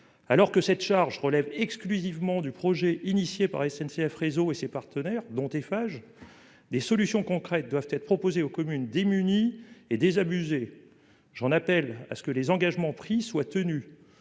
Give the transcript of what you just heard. Alors que cette charge relève exclusivement du projet mené sur l'initiative de SNCF Réseau et de ses partenaires, dont Eiffage, des solutions concrètes doivent être proposées aux communes démunies et désabusées. J'en appelle au respect des engagements pris. Les